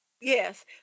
Yes